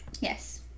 Yes